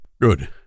Good